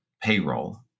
payroll